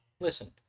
listen